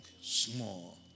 small